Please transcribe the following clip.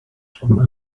from